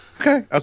okay